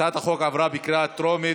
הצעת החוק עברה בקריאה טרומית,